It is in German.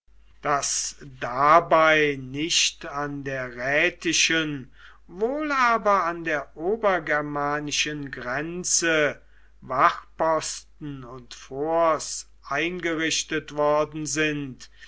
daß dabei nicht an der rätischen wohl aber an der obergermanischen grenze wachtposten und forts eingerichtet worden sind